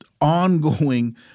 ongoing